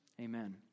Amen